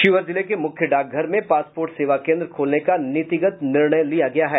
शिवहर जिले के मुख्य डाकघर में पासपोर्ट सेवा केंद्र खोलने का नीतिगत निर्णय लिया गया है